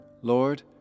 Lord